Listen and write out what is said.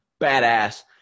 badass